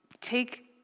take